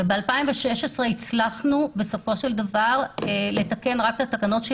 וב-2016 הצלחנו בסופו של דבר לתקן רק את התקנות של